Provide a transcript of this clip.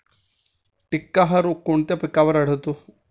टिक्का हा रोग कोणत्या पिकावर आढळतो?